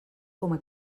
coma